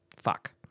fuck